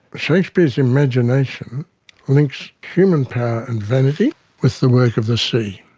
shakespeare's imagination links human power and vanity with the work of the sea.